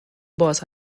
باز